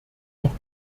noch